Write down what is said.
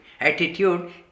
Attitude